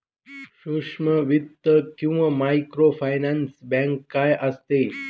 सूक्ष्म वित्त किंवा मायक्रोफायनान्स बँक काय असते?